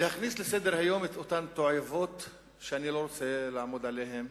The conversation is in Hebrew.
להכניס לסדר-היום את אותן תועבות שאני לא רוצה לעמוד עליהן